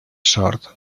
sort